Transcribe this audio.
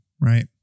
Right